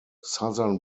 southern